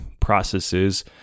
processes